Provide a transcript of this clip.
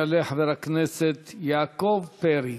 יעלה חבר הכנסת יעקב פרי,